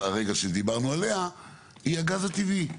היא הגז הטבעי.